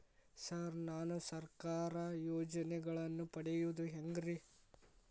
Sir ನಾನು ಸರ್ಕಾರ ಯೋಜೆನೆಗಳನ್ನು ಪಡೆಯುವುದು ಹೆಂಗ್ರಿ?